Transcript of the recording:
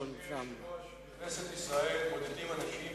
אדוני היושב-ראש, בכנסת ישראל מודדים אנשים